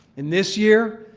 and this year,